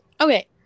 Okay